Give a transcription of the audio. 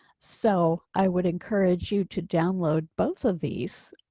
so i would encourage you to download both of these,